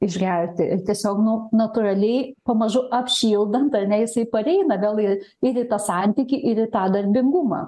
išgerti ir tiesiog nu natūraliai pamažu apšildant ar ne jisai pareina gal į eit į tą santykį ir į tą darbingumą